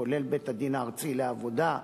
כולל בית-הדין הארצי לעבודה,